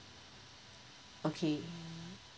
okay